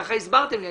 כך הסברתם לי,